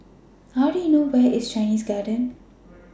How Do YOU know Where IS Chinese Garden